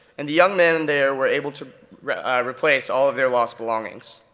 and the young men in there were able to replace all of their lost belongings.